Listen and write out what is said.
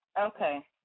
okay